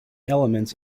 elements